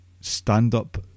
stand-up